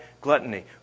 gluttony